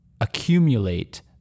accumulate